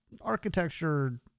architecture